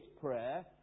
prayer